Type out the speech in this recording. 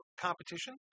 competition